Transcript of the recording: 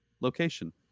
location